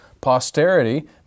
posterity